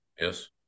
Yes